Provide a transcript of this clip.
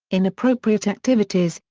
inappropriate activities,